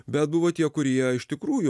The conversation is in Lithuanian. bet buvo tie kurie iš tikrųjų